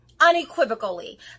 unequivocally